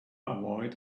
avoid